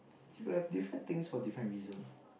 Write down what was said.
you got like different things for different reason